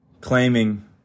claiming